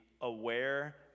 aware